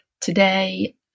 Today